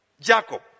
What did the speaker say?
Jacob